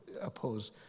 oppose